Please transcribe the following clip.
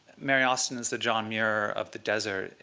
mary austin is the john muir of the desert.